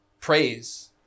praise